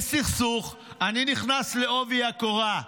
יש סכסוך, אני נכנס בעובי הקורה.